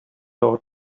thought